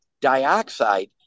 dioxide